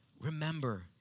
Remember